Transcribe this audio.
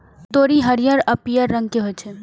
तोरी हरियर आ पीयर रंग के होइ छै